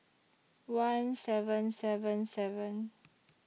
one seven seven seven